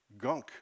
gunk